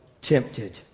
tempted